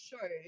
shows